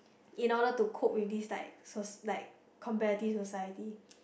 in order to cope with this like soc~ like competitive society